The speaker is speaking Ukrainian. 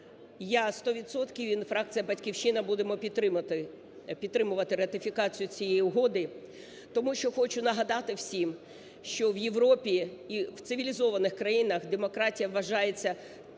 і фракція "Батьківщина" будемо підтримувати ратифікацію цієї угоди. Тому що хочу нагадати всім, що в Європі і в цивілізованих країнах демократія вважається…